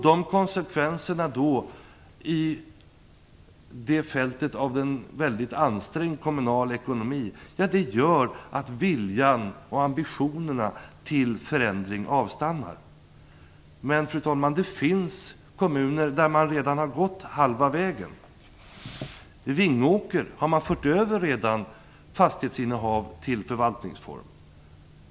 I ett läge med en väldigt ansträngd kommunal ekonomi gör dessa konsekvenser att viljan och ambitionen till förändring avstannar. Men, fru talman, det finns kommuner där man redan har gått halva vägen. I Vingåker har man redan fört över fastighetsinnehav till förvaltningsform.